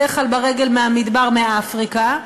בדרך כלל ברגל מהמדבר מאפריקה,